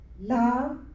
love